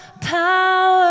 power